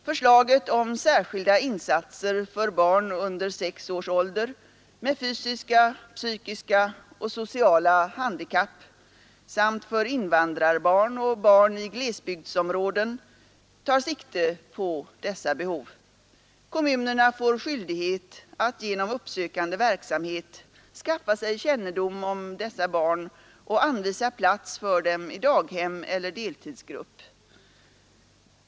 Förslaget om särskilda insatser för barn under sex års ålder med fysiska, psykiska och sociala handikapp samt för invandrarbarn och barn i glesbygdsområden tar sikte på dessa behov. Kommunerna får skyldighet att genom uppsökande verksamhet skaffa sig kännedom om dessa barn och anvisa plats för dem i daghem eller deltidsgrupp.